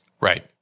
Right